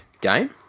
Game